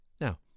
Now